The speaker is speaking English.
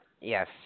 Yes